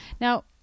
Now